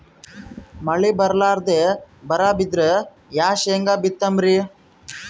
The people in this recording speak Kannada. ಮಳಿ ಬರ್ಲಾದೆ ಬರಾ ಬಿದ್ರ ಯಾ ಶೇಂಗಾ ಬಿತ್ತಮ್ರೀ?